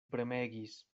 premegis